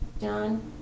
John